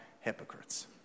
hypocrites